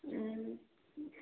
ए